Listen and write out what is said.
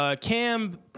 Cam